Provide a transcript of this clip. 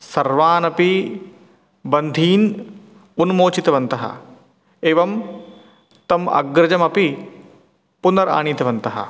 सर्वानपि बन्धीन् उन्मोचितवन्तः एवं तम् अग्रजमपि पुनर् आनीतवन्तः